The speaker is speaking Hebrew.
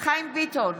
חיים ביטון,